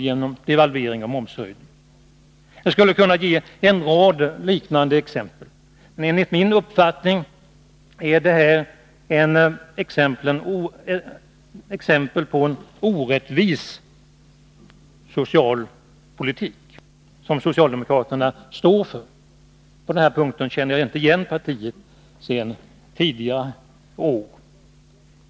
genom devalveringen och momshöjningen. Jag skulle kunna ge en rad liknande exempel, men redan de anförda exemplen visar att socialdemokraterna står för en orättvis social politik. På den punkten känner jag inte igen partiet sedan tidigare år.